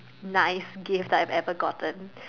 nice gift I've ever gotten